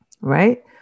Right